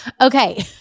Okay